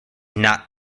not